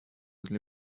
для